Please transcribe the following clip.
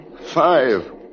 Five